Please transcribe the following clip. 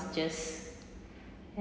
is just